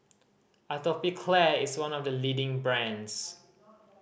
Atopiclair is one of the leading brands